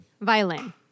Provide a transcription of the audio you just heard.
Violin